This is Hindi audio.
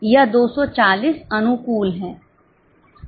यह 240 अनुकूल है